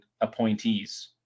appointees